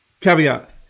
caveat